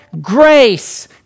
Grace